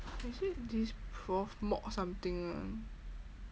is it this prof mok something [one]